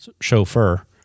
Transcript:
chauffeur